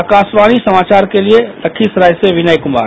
आकाशवाणी समाचार के लिए लखीसराय से विनय कुमार